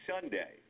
Sunday